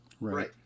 right